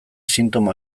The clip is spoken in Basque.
sintoma